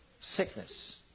sickness